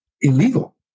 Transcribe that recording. illegal